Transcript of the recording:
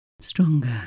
stronger